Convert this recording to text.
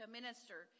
minister